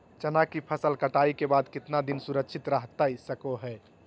चना की फसल कटाई के बाद कितना दिन सुरक्षित रहतई सको हय?